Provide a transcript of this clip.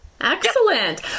Excellent